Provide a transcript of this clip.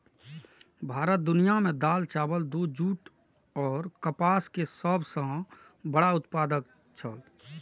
भारत दुनिया में दाल, चावल, दूध, जूट और कपास के सब सॉ बड़ा उत्पादक छला